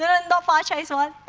ah and fire chase one,